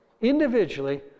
individually